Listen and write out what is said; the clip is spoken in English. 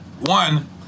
one